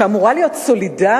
שאמורה להיות סולידרית,